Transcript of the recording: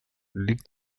liegt